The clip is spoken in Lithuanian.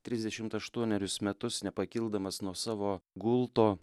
trisdešimt aštuonerius metus nepakildamas nuo savo gulto